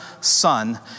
son